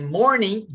morning